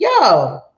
Yo